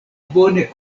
bone